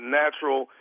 natural